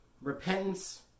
Repentance